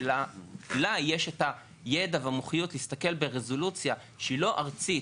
ששם יש את הידע והמומחיות להסתכל ברזולוציה שהיא לא ארצית,